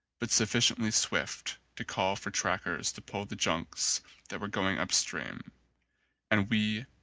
but sufficiently swift to call for trackers to pull the junks that were going up stream and we,